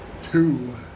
Two